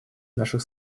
наших